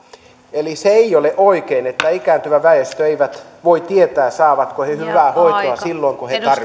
eli se ei ole oikein että ikääntyvä väestö ei voi tietää saavatko he hyvää hoitoa silloin kun he